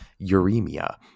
uremia